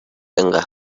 اینقد